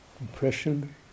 impression